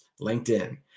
LinkedIn